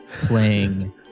playing